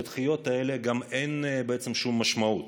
לדחיות האלה אין בעצם שום משמעות,